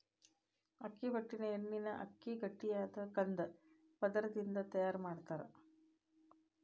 ಅಕ್ಕಿ ಹೊಟ್ಟಿನ ಎಣ್ಣಿನ ಅಕ್ಕಿಯ ಗಟ್ಟಿಯಾದ ಕಂದ ಪದರದಿಂದ ತಯಾರ್ ಮಾಡ್ತಾರ